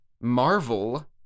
Marvel